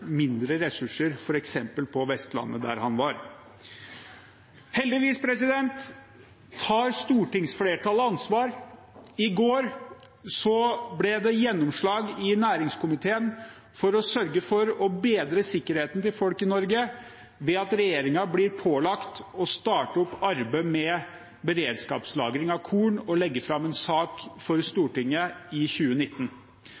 mindre ressurser, f.eks. på Vestlandet, der han var. Heldigvis tar stortingsflertallet ansvar. I går ble det gjennomslag i næringskomiteen for å sørge for å bedre sikkerheten til folk i Norge ved at regjeringen blir pålagt å starte opp arbeid med beredskapslagring av korn, og å legge fram en sak for